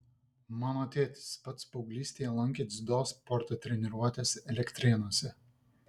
mano tėtis pats paauglystėje lankė dziudo sporto treniruotes elektrėnuose